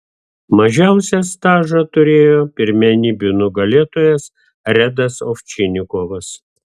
mažiausią stažą turėjo pirmenybių nugalėtojas redas ovčinikovas